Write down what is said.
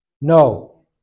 No